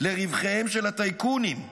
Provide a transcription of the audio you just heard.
לרווחיהם של הטייקונים.